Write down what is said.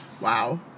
Wow